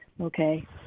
okay